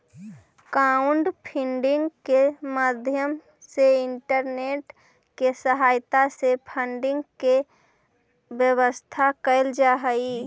crowdfunding के माध्यम से इंटरनेट के सहायता से फंडिंग के व्यवस्था कैल जा हई